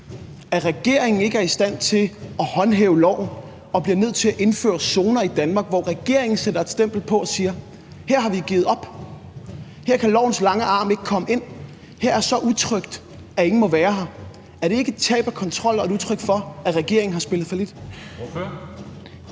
at regeringen ikke er i stand til at håndhæve loven og bliver nødt til at indføre zoner i Danmark, som regeringen sætter et stempel på og siger: Her har vi givet op, her kan lovens lange arm ikke komme ind, her er så utrygt, at ingen må være her? Er det ikke et tab af kontrol og et udtryk for, at regeringen har spillet fallit?